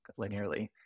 linearly